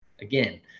again